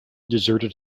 deserted